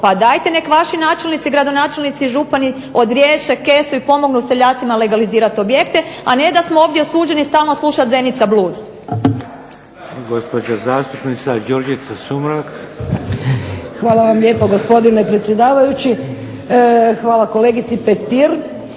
pa dajte nek vaši načelnici, gradonačelnici i župani odriješe kese i pomognu seljacima legalizirat objekte, a ne da smo ovdje osuđeni stalno slušat Zenica blues.